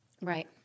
right